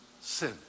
sin